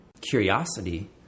curiosity